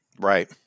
right